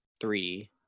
three